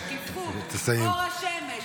-- שקיפות, אור השמש.